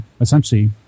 essentially